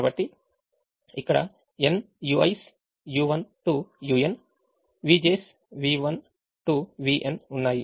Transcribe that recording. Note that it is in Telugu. కాబట్టి ఇక్కడ n ui's u1 to un vj's v1 to vn ఉన్నాయి